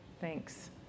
Thanks